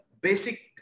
basic